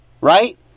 right